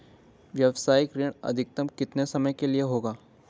व्यावसायिक ऋण अधिकतम कितने समय के लिए होगा?